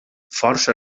força